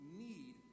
need